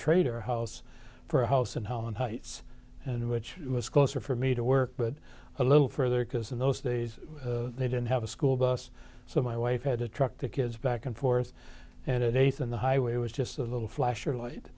trade our house for a house in holland heights and which was closer for me to work but a little further because in those days they didn't have a school bus so my wife had to truck to kids back and forth and it ate on the highway it was just a little flash of light